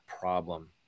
problem